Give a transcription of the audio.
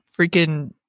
freaking